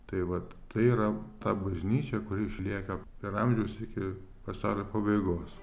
tai vat tai yra ta bažnyčia kuri išlieka per amžius iki vasario pabaigos